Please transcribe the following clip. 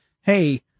hey